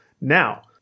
Now